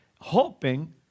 hoping